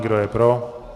Kdo je pro?